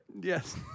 Yes